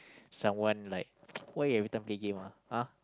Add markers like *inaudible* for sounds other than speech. someone like *noise* why you everytime play game ah !huh!